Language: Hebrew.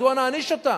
מדוע נעניש אותם?